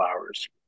hours